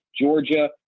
Georgia